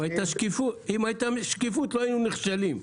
אם הייתה שקיפות לא היינו נכשלים.